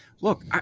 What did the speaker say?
Look